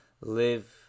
live